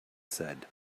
said